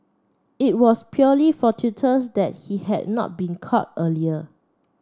it was purely fortuitous that he had not been caught earlier